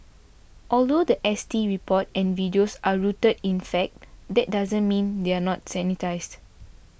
although the S T report and videos are rooted in fact that doesn't mean they are not sanitised